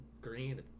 green